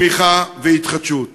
צמיחה והתיישבות.